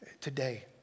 today